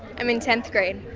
i'm in tenth grade.